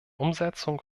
umsetzung